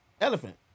Elephant